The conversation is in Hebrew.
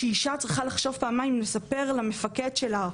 שאישה צריכה לחשוב פעמיים אם לספר למפקד שלה,